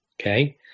Okay